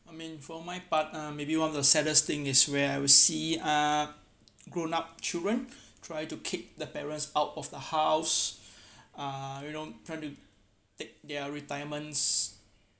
I mean for my part um maybe one of the saddest is where I will see uh grown up children try to kick the parents out of the house uh you know try to take their retirements